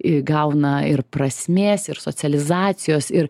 įgauna ir prasmės ir socializacijos ir